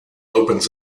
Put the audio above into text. opens